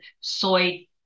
soy